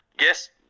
yes